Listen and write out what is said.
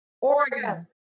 Oregon